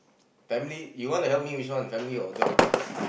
family you want to help me which one family or job